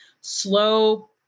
slow